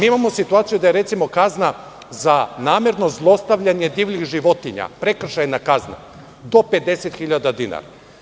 Imamo situaciju da je, recimo, kazna za namerno zlostavljanje divljih životinja prekršajna kazna do 50.000 dinara.